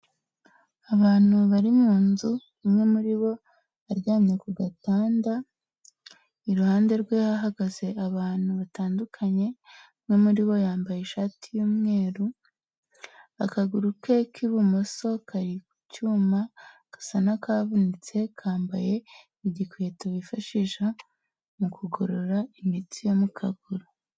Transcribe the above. Abantu bari mu nzu umwe muri bo aryamye ku gatanda iruhande rwe hahagaze abantu batandukanye, umwe muri bo yambaye ishati y'umweru akaguru ke k'ibumoso kari ku cyuma gasa n'akavunitse kambaye igikweto bifashisha mu kugorora imitsi yo mu kaguru.